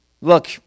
look